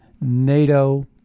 NATO